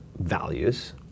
values